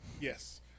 yes